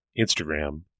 Instagram